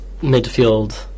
midfield